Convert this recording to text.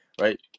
right